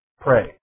pray